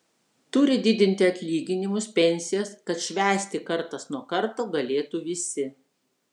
turi didinti atlyginimus pensijas kad švęsti kartas nuo karto galėtų visi